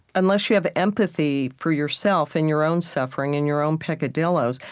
unless you have empathy for yourself and your own suffering and your own peccadilloes,